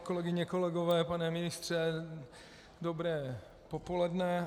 Kolegyně, kolegové, pane ministře, dobré popoledne.